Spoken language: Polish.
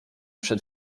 przed